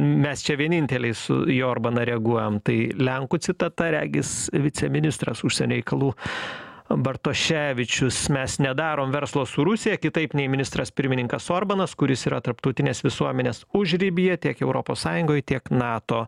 mes čia vieninteliai su į orbaną reaguojam tai lenkų citata regis viceministras užsienio reikalų bartoševičius mes nedarom verslo su rusija kitaip nei ministras pirmininkas orbanas kuris yra tarptautinės visuomenės užribyje tiek europos sąjungoj tiek nato